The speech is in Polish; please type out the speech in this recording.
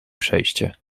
przejście